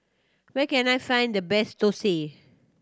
where can I find the best thosai